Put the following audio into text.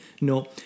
No